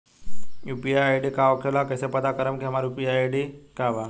UPI ID का होखेला और कईसे पता करम की हमार यू.पी.आई आई.डी का बा?